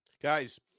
Guys